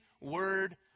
word